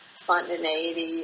spontaneity